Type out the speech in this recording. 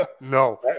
No